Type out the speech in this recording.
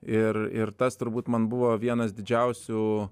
ir ir tas turbūt man buvo vienas didžiausių